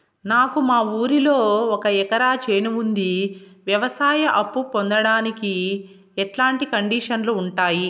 నాకు మా ఊరిలో ఒక ఎకరా చేను ఉంది, వ్యవసాయ అప్ఫు పొందడానికి ఎట్లాంటి కండిషన్లు ఉంటాయి?